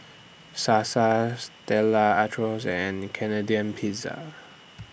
Sasa Stella Artois and Canadian Pizza